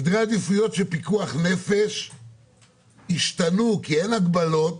סדרי עדיפויות של פיקוח נפש השתנו כי אין הגבלות,